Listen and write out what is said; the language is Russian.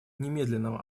немедленного